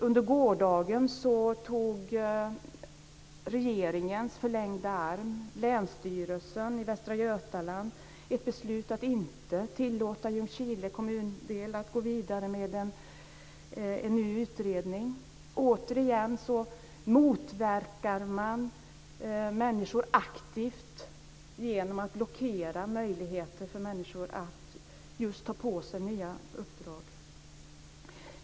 Under gårdagen fattade regeringens förlängda arm, Länsstyrelsen i Västra Götaland, beslut om att inte tillåta Ljungskile kommundel att gå vidare med en ny utredning. Återigen motverkar man människor aktivt genom att blockera möjligheter för människor att ta på sig nya uppdrag.